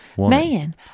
Man